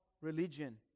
religion